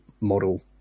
model